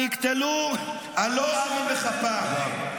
שנקטלו על לא עוול בכפם.